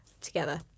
together